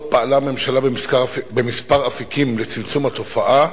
פעלה הממשלה בכמה אפיקים לצמצום התופעה,